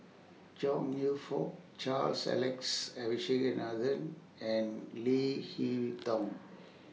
Chong YOU Fook Charles Alex Abisheganaden and Leo Hee Tong